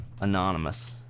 anonymous